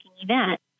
event